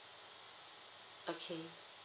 okay